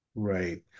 Right